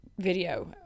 Video